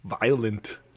violent